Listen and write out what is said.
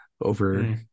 over